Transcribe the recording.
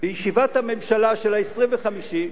בישיבת הממשלה של 25,